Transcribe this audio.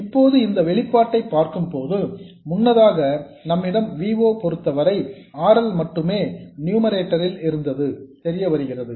இப்போது இந்த வெளிப்பாட்டை பார்க்கும்போது முன்னதாக நம்மிடம் V o பொருத்தவரை R L மட்டுமே நியூமரேட்டர் ல் இருந்தது தெரியவருகிறது